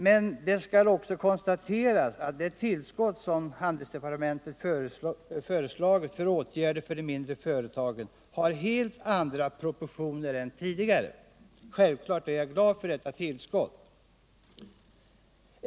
Men det skall också konstateras att det tillskott, som handelsdepartementet föreslagit till åtgärder för de mindre företagen, har helt andra proportioner än tidigare. Självklart är jag glad för detta tillskott.